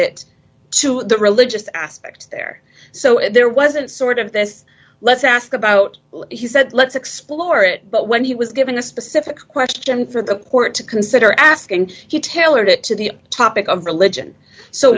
it to the religious aspect there so there wasn't sort of this let's ask about he said let's explore it but when he was given a specific question for the court to consider asking he tailored it to the topic of religion so